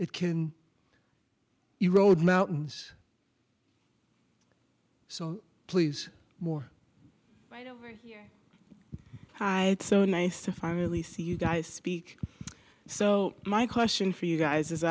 it can erode mountains so please more hi it's so nice to finally see you guys speak so my question for you guys